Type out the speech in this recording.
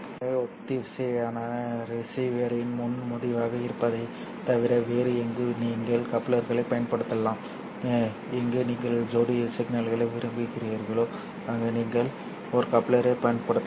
எங்கே ஒத்திசைவான ரிசீவரின் முன் முடிவாக இருப்பதைத் தவிர வேறு எங்கு நீங்கள் கப்ளர்களைப் பயன்படுத்தலாம் எங்கு நீங்கள் ஜோடி சிக்னல்களை விரும்புகிறீர்களோ அங்கு நீங்கள் ஒரு கப்ளரைப் பயன்படுத்தலாம்